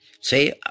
say